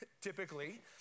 typically